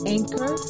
Anchor